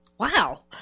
Wow